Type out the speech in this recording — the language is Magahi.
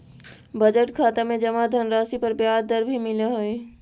बजट खाता में जमा धनराशि पर ब्याज दर भी मिलऽ हइ